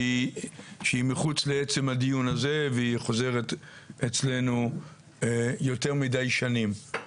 שהיא מחוץ לעצם הדיון הזה והיא חוזרת אצלנו יותר מידי שנים.